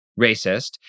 racist